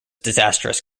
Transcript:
disastrous